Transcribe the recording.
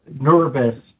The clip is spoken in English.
nervous